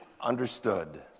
understood